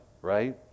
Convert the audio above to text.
right